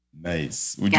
Nice